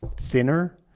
thinner